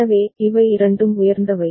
எனவே இவை இரண்டும் உயர்ந்தவை